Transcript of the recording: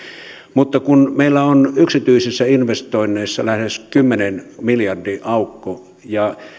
mutta meillä on yksityisissä investoinneissa lähes kymmenen miljardin aukko ja